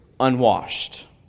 unwashed